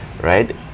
right